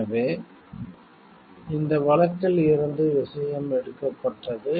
எனவே இந்த வழக்கில் இருந்து விஷயம் எடுக்கப்பட்டது